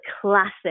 classic